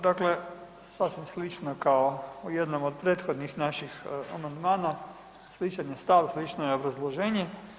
Dakle, sasvim slično kao u jednom od prethodnih naših amandmana, sličan je stav, slično je obrazloženje.